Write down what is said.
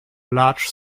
large